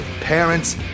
parents